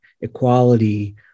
equality